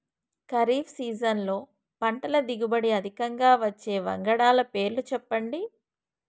ఖరీఫ్ సీజన్లో పంటల దిగుబడి అధికంగా వచ్చే వంగడాల పేర్లు చెప్పండి?